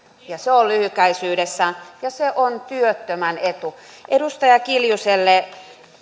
se on lyhykäisyydessään työttömän etu edustaja kiljuselle